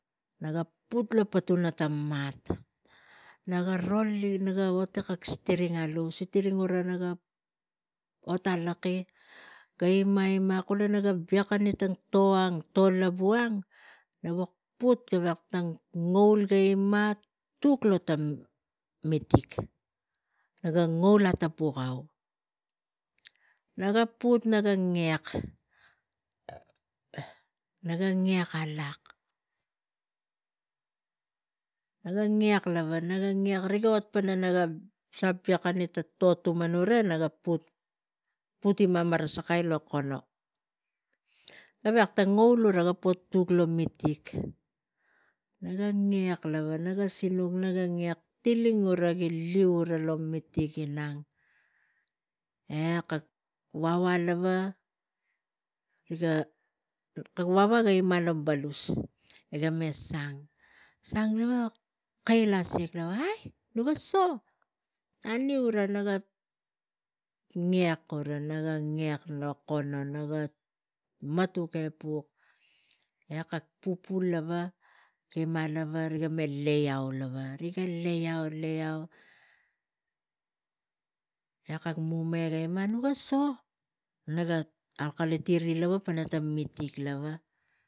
Naga put lo tang patuna mat naga roli kak tang sitiring alu ri ngur ara ga ot a laki ga ima ima e naga vekani to ang e nak wuk puk tabng ngoul ga matuk lo miting naga ngoul atapuk. Naga put naga ngek, naga ngek alak, naga ngek lava, ngek rigi ot pana sa vikeni ta to gura e naga put, put ima put marasakai lo kono gavek tang ngoul gura ga po tuk lo mitig. E naga ngele lava sinuk naga ngek tiling gura gi liu gura lo mitig e kak na ga ima lava tang kak tang vava ga ima lo balus e ga me sang, sang lava ga keila siak, gau no gaso? Naniu gara nak ngek gara na nokono matuk epuk e kak vava ga ima lava me lei au lava riga lei au, lei au e kak mume ga ima e ga igei, ta so? Naga alkaliti tang mitik lava